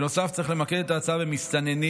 בנוסף צריך למקד את ההצעה במסתננים